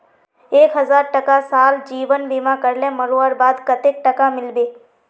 एक हजार टका साल जीवन बीमा करले मोरवार बाद कतेक टका मिलबे?